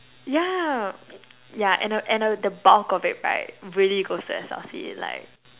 yeah yeah and a and a the bulk of it right really goes to S_L_C like